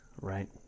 right